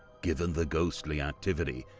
given the ghostly activity,